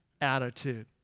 attitude